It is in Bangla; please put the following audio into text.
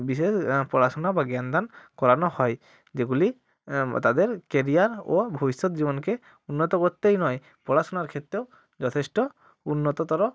বিশেষ পড়াশুনা বা জ্ঞান দান করানো হয় যেগুলি তাদের কেরিয়ার ও ভবিষ্যৎ জীবনকে উন্নত করতেই নয় পড়াশুনার ক্ষেত্রেও যথেষ্ট উন্নততর